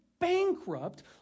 bankrupt